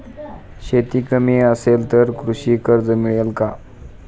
शेती कमी असेल तर कृषी कर्ज मिळेल का?